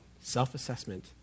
Self-Assessment